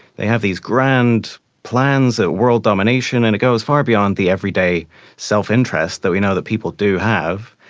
they have these grand plans of world domination and it goes far beyond the everyday self-interest that we know that people do have.